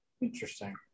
Interesting